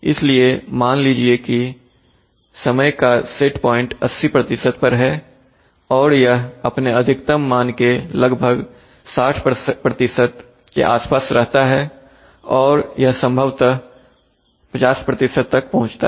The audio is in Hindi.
इसलिए मान लीजिए कि समय का सेट प्वाइंट 80 पर है और यह अपने अधिकतम मान के लगभग 60 के आसपास रहता है और यह संभवतः 5 तक पहुंचता है